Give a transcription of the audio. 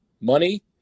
money